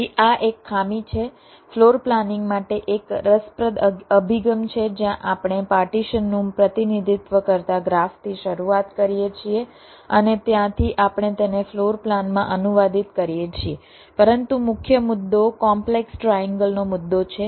તેથી આ એક ખામી છે ફ્લોર પ્લાનિંગ માટે એક રસપ્રદ અભિગમ છે જ્યાં આપણે પાર્ટીશનનું પ્રતિનિધિત્વ કરતા ગ્રાફથી શરૂઆત કરીએ છીએ અને ત્યાંથી આપણે તેને ફ્લોર પ્લાનમાં અનુવાદિત કરીએ છીએ પરંતુ મુખ્ય મુદ્દો કોમ્પલેક્સ ટ્રાએન્ગલનો મુદ્દો છે